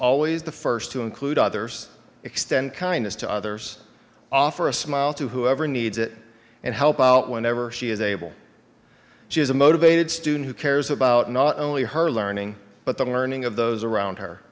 always the first to include others extend kindness to others offer a smile to whoever needs it and help whenever she is able to is a motivated student who cares about not only her learning but the learning of those around her